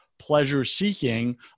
pleasure-seeking